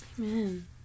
Amen